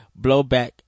blowback